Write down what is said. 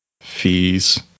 Fees